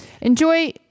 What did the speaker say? Enjoy